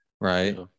right